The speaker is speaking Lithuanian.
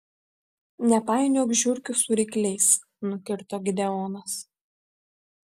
nepainiok žiurkių su rykliais nukirto gideonas